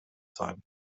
sein